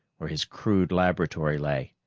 where his crude laboratory lay.